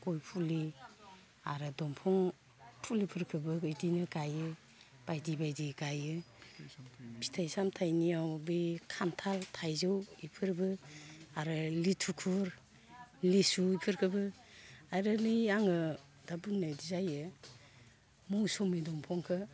गय फुलि आरो दंफां फुलिफोरखोबो बिदिनो गायो बायदि बायदि गायो फिथाइ सामथायनियाव बे खान्थाल थाइजौ इफोरबो आरो लिथुखु लिसु इफोरखोबो आरो नै आङो दा बुंनायबायदि जायो मौसुमि दंफांखो